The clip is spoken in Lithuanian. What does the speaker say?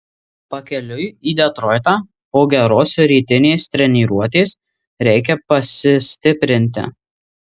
pakeliui į detroitą po geros rytinės treniruotės reikia pasistiprinti